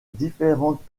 différentes